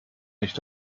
nicht